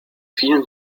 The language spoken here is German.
vielen